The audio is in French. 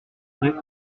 rue